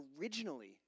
Originally